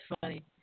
funny